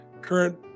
current